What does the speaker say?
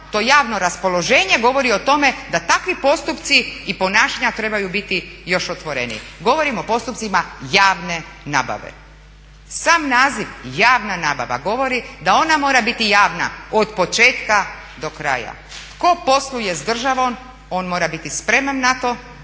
to javno raspoloženje govori o tome da takvi postupci i ponašanja trebaju biti još otvoreniji. Govorim o postupcima javne nabave. Sam naziv javna nabava govori da ona mora biti javna od početka do kraja. Tko posluje s državnom on mora biti spreman na to